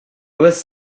was